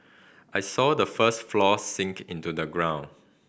I saw the first floor sink into the ground